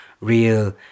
real